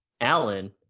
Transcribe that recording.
Alan